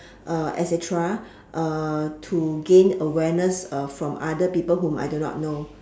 et cetera to gain awareness from other people whom I do not know